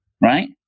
right